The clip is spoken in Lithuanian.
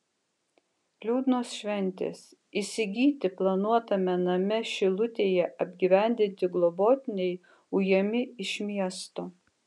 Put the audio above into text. liūdnos šventės įsigyti planuotame name šilutėje apgyvendinti globotiniai ujami iš miesto